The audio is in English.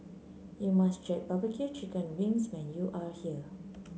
you must try barbecue Chicken Wings when you are here